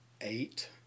eight